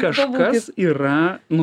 kažkas yra nu